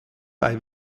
bei